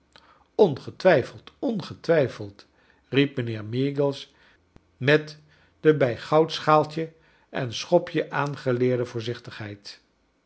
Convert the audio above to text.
ongetwijfeld ongetwijfeld riep mijnheer meagles met de bij goudschaaltje en schopje aangeleerde voorzichtigheid